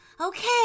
Okay